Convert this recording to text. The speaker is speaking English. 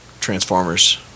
Transformers